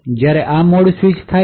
જ્યારે આ મોડસ્વિચ ત્યારે થાય છે